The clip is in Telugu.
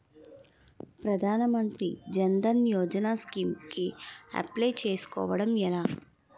ప్రధాన మంత్రి జన్ ధన్ యోజన స్కీమ్స్ కి అప్లయ్ చేసుకోవడం ఎలా?